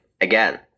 again